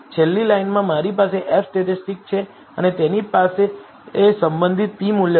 છેલ્લી લાઈનમાં મારી પાસે F સ્ટેટિસ્ટિક છે અને તેની સાથે સંબંધિત p મૂલ્ય છે